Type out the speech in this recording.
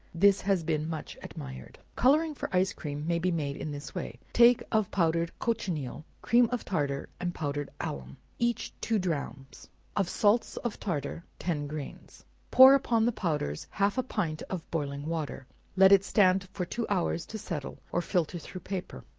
this has been much admired. coloring for ice cream, may be made in this way take of powdered cochineal, cream of tartar and powdered alum, each two drachms of salts of tartar, ten grains pour upon the powders half a pint of boiling water let it stand for two hours to settle, or filter through paper.